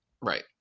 Right